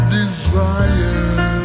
desire